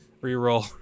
Re-roll